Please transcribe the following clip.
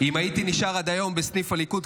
אם הייתי נשאר עד היום בסניף הליכוד,